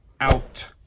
out